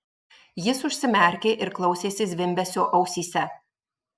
jis užsimerkė ir klausėsi zvimbesio ausyse